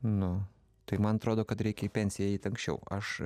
nu tai man atrodo kad reikia į pensiją eiti anksčiau aš